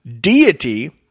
deity